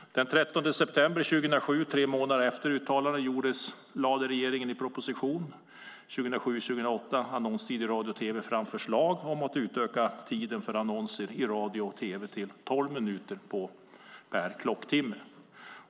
Den 13 september 2007, tre månader efter uttalandet, lade regeringen i propositionen 2007/08:4 Annonstid i radio och TV fram förslag om att utöka tiden för annonser i radio och tv till tolv minuter per klocktimme.